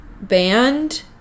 band